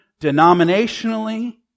denominationally